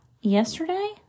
Yesterday